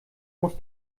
muss